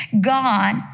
God